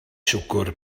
siwgr